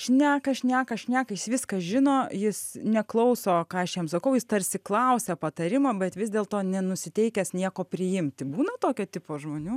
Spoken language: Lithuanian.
šneka šneka šneka jis viską žino jis neklauso ką aš jam sakau jis tarsi klausia patarimo bet vis dėlto nenusiteikęs nieko priimti būna tokio tipo žmonių